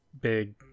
big –